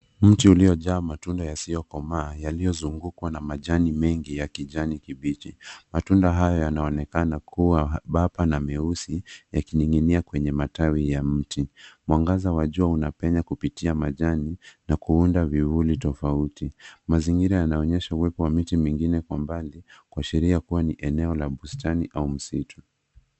Mti uliojaa matunda yasiokomaa yaliyozungukwa na majani mengi ya kijani kibichi matunda haya yanaonekana kuwa bapa na meusi yakininginia kwenye matawi ya mti mwangaza wa jua unapenya kupitia majani na kuunda vivuli tofauti mazingira yanaonyesha uwepo wa miti mingine kwa mbali kuashiria kuwa ni eneo la bustani au msitu.